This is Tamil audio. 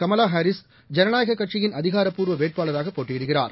கமலாஹாரிஸ் ஜனநாயககட்சியின் அதிகாரப்பூர்வவேட்பாளராகபோட்டியிடுகிறார்